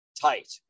tight